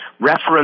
reference